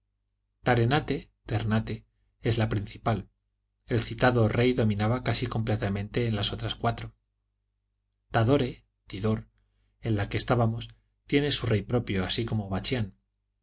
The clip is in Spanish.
tarenate ternate es la principal el citado rey dominaba casi completamente en las otras cuatro tadore tidor en la que estábamos tiene su rey propio así como bachián